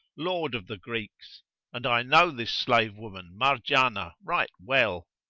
lord of the greeks and i know this slave-woman marjanah right well.